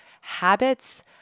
habits